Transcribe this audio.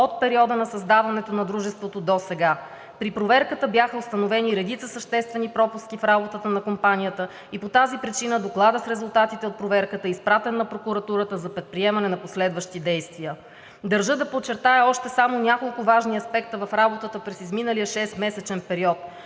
от периода на създаването на дружеството досега. При проверката бяха установени редица съществени пропуски в работата на компанията и по тази причина докладът с резултатите от проверката е изпратен на прокуратурата за предприемане на последващи действия. Държа да подчертая още само няколко важни аспекта в работата през изминалия шестмесечен период.